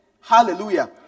Hallelujah